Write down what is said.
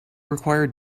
require